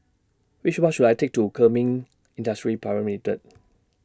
Which Bus should I Take to Kemin Industries Private Limited